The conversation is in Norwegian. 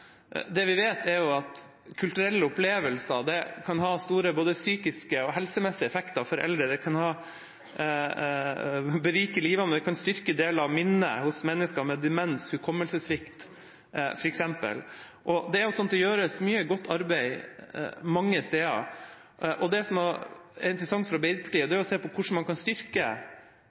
Det vi vet, er at kulturelle opplevelser kan ha store psykiske og helsemessige effekter for eldre. Det kan berike livene deres og f.eks. styrke deler av minnet til mennesker med demens og hukommelsessvikt. Det gjøres mye godt arbeid mange steder, og det som er interessant for Arbeiderpartiet, er å se på hvordan man kan styrke